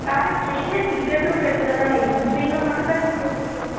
வேறு ட்ரெயினில் டிக்கெட்டும் கிடைக்கல இந்த ட்ரெயினில் மட்டும்தான் டிக்கெட்டும் கிடச்